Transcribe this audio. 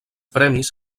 premis